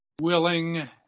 willing